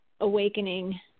awakening